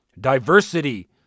diversity